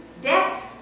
debt